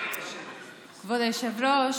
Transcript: כבוד היושב-ראש,